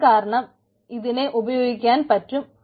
അതു കാരണം ഇതിനെ ഉപയോഗിക്കുവാൻ പറ്റും